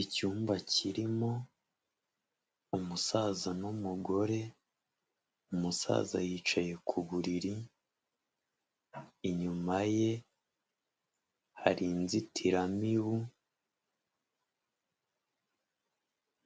Icyumba kirimo umusaza n'umugore, umusaza yicaye ku buriri, inyuma ye hari inzitiramibu